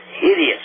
hideous